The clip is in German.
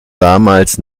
damals